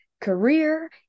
career